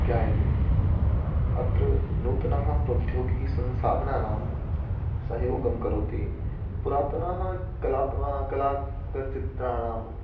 ज्ञायते अत्र नूतनः प्रौद्योगिकसंसाधनानां सहयोगं करोति पुरातनः कलात्मः कलागतचित्राणां